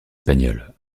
espagnole